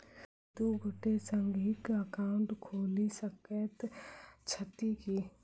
दु गोटे संगहि एकाउन्ट खोलि सकैत छथि की?